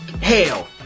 Hell